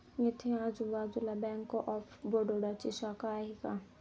इथे आजूबाजूला bank of बडोदाची शाखा आहे का?